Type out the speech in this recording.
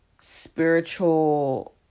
Spiritual